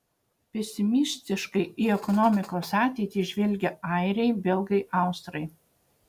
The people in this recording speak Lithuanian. pesimistiškai į ekonomikos ateitį žvelgia airiai belgai austrai